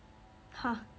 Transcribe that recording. !huh!